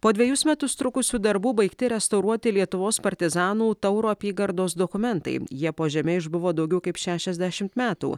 po dvejus metus trukusių darbų baigti restauruoti lietuvos partizanų tauro apygardos dokumentai jie po žeme išbuvo daugiau kaip šešiasdešimt metų